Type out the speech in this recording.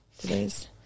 Today's